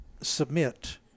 submit